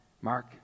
mark